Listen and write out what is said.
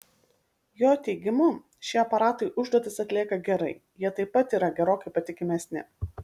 jo teigimu šie aparatai užduotis atlieka gerai jie taip pat yra gerokai patikimesni